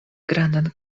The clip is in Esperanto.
grandan